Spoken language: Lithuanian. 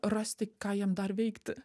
rasti ką jiem dar veikti